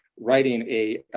writing a